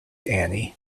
annie